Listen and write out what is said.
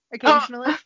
occasionally